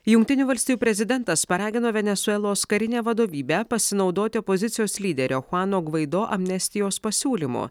jungtinių valstijų prezidentas paragino venesuelos karinę vadovybę pasinaudoti opozicijos lyderio chuano gvaido amnestijos pasiūlymu